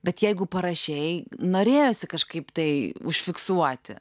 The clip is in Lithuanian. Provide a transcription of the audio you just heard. bet jeigu parašei norėjosi kažkaip tai užfiksuoti